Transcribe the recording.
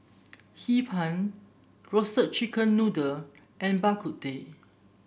Hee Pan Roasted Chicken Noodle and Bak Kut Teh